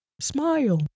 smile